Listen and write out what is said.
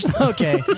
Okay